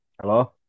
Hello